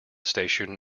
station